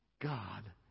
god